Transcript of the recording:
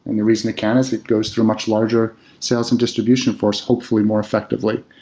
and the reason it can is it goes through a much larger sales and distribution force hopefully more effectively.